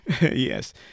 Yes